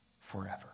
forever